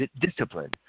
discipline